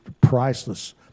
priceless